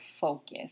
focus